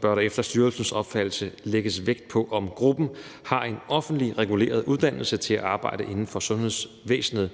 bør der efter styrelsens opfattelse lægges vægt på, om gruppen har en offentligt reguleret uddannelse til at arbejde inden for sundhedsvæsenet,